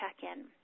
check-in